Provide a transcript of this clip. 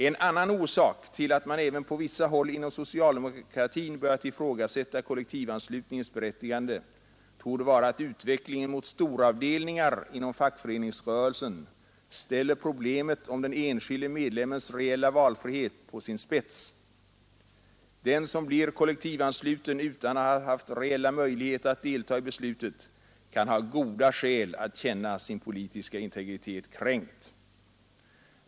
En annan orsak till att man även på vissa håll inom socialdemokratin börjat ifrågasätta kollektivanslutningens berättigande torde vara att utveckling en mot storavdelningar inom fackföreningsrörelsen ställer problemet om den enskilde medlemmens reella valfrihet på sin spets: den som blir kollektivansluten utan att ha haft reella möjligheter att delta i beslutet kan ha goda skäl att känna sin politiska integritet kränkt.